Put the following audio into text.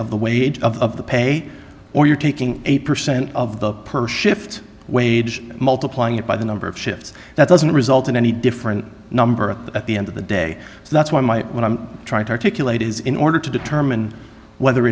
of the wage of the pay or you're taking eight percent of the per shift wage multiply it by the number of shifts that doesn't result in any different number at the end of the day so that's why my what i'm trying to articulate is in order to determine whether